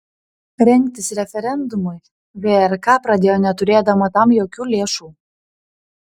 rengtis referendumui vrk pradėjo neturėdama tam jokių lėšų